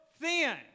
thin